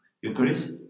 Eucharist